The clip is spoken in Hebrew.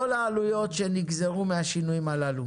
כל העלויות שנגזרו מהשינויים הללו.